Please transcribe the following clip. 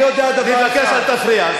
אני מבקש: אל תפריע.